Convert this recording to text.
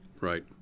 Right